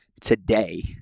today